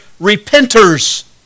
repenters